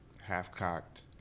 half-cocked